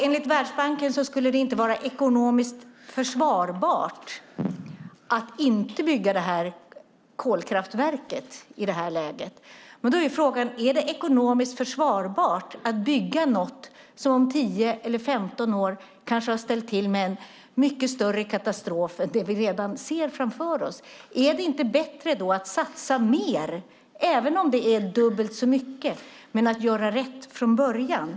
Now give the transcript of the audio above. Enligt Världsbanken skulle det inte vara ekonomiskt försvarbart att inte bygga detta kolkraftverk i detta läge. Då är frågan: Är det ekonomiskt försvarbart att bygga något som om 10 eller 15 år kanske har ställt till med en mycket större katastrof än den som vi redan ser framför oss? Är det inte bättre att satsa mer, även om det är dubbelt så mycket, men att göra rätt från början?